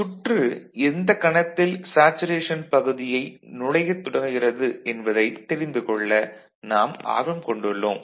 சுற்று எந்தக் கணத்தில் சேச்சுரேஷன் பகுதியை நுழையத் தொடங்குகிறது என்பதைத் தெரிந்து கொள்ள நாம் ஆர்வம் கொண்டுள்ளோம்